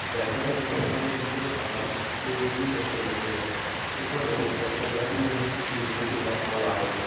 ਵੈਸੇ ਤਾਂ ਚਿੱਤਰਕਾਰੀ ਇੰਨੀ ਵੀ ਆਸਾਨ ਜਾਂ ਇੰਨੀ ਵੀ ਮੁਸ਼ਕਲ ਨਹੀਂ ਹੈ ਇਹ ਤੁਹਾਡੇ 'ਤੇ ਡਿਪੈਂਡ ਕਰਦਾ ਤੁਸੀਂ ਉਸ ਚੀਜ਼ ਨੂੰ ਕਿੰਨਾ ਸਮਾਂ ਲਾ ਰਹੇ ਹੋ